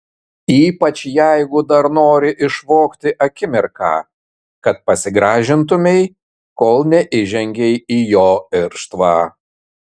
ypač jeigu dar nori išvogti akimirką kad pasigražintumei kol neįžengei į jo irštvą